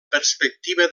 perspectiva